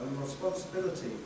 responsibility